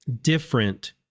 different